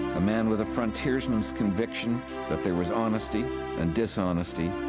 a man with a frontiersman's conviction that there was honesty and dishonesty,